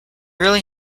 really